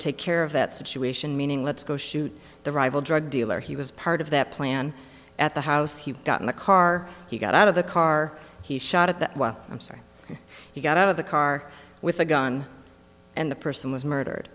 take care of that situation meaning let's go shoot the rival drug dealer he was part of that plan at the house he got in the car he got out of the car he shot at that well i'm sorry he got out of the car with a gun and the person was murdered